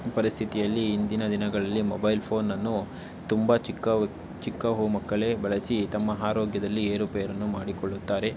ಪರಿಸ್ಥಿತಿಯಲ್ಲಿ ಇಂದಿನ ದಿನಗಳಲ್ಲಿ ಮೊಬೈಲ್ ಫೋನನ್ನು ತುಂಬ ಚಿಕ್ಕ ವ್ ಚಿಕ್ಕ ಹು ಮಕ್ಕಳೇ ಬಳಸಿ ತಮ್ಮ ಆರೋಗ್ಯದಲ್ಲಿ ಏರುಪೇರನ್ನು ಮಾಡಿಕೊಳ್ಳುತ್ತಾರೆ